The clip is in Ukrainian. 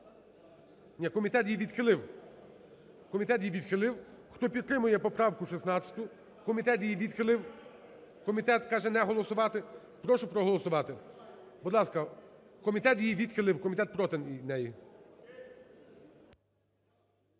комітет її відхилив. Хто підтримує поправку 16? Комітет її відхилив, комітет каже: не голосувати. Прошу проголосувати, будь ласка. Комітет її відхилив, комітет проти неї.